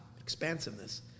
Expansiveness